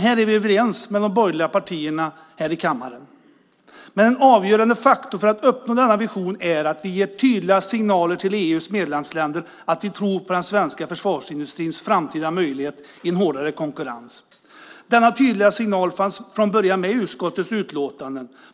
Här är vi överens med de borgerliga partierna i kammaren. En avgörande faktor för att uppnå denna vision är att vi ger tydliga signaler till EU:s medlemsländer att vi tror på den svenska försvarsindustrins framtida möjlighet i en hårdare konkurrens. Denna tydliga signal fanns från början med i utskottets utlåtande.